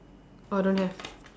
orh don't have